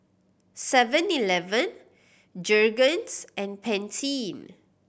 Seven Eleven Jergens and Pantene